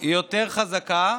היא יותר חזקה,